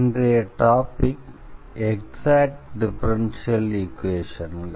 இன்றைய topic exact differential ஈக்வேஷன்கள்